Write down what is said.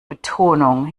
betonung